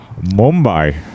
Mumbai